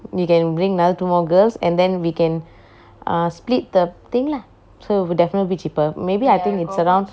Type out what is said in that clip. you can bring another two more girls and then we can err split the thing lah so will definitely cheaper maybe I think it's around